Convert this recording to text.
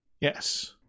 Yes